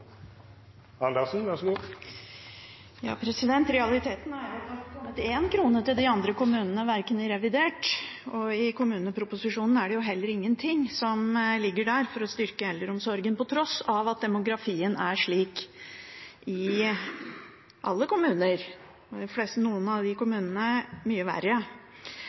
kommet én krone til de andre kommunene i revidert budsjett, og i kommuneproposisjonen ligger det heller ingenting for å styrke eldreomsorgen, på tross av at demografien er slik i alle kommuner – i noen av kommunene mye verre.